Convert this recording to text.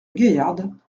gaillarde